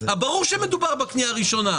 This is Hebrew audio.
ברור שמדובר בקנייה ראשונה.